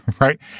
right